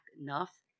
enough